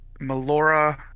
Melora